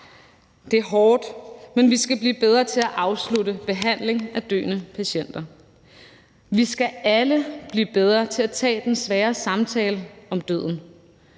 Det er hårdt, men vi skal blive bedre til at afslutte behandling af døende patienter. Vi skal alle blive bedre til at tage den svære samtale om døden.